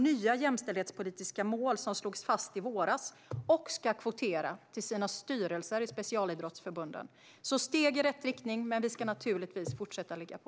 Nya jämställdhetspolitiska mål slogs fast i våras, och de ska kvotera till sina styrelser i specialidrottsförbunden. Det är steg i rätt riktning, men vi ska naturligtvis fortsätta ligga på.